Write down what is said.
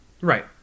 right